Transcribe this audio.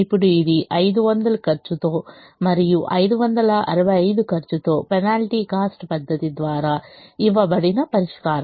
ఇప్పుడు ఇది 500 ఖర్చుతో మరియు 565 ఖర్చుతో పెనాల్టీ కాస్ట్ పద్ధతి ద్వారా ఇవ్వబడిన పరిష్కారం